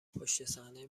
پشتصحنهی